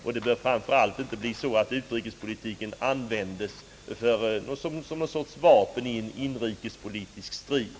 Framför allt bör det inte bli så, att utrikespolitiken används som någon sorts vapen i en inrikespolitisk strid.